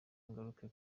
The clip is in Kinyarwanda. ngaruke